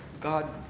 God